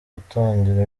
gutangira